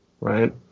right